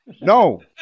No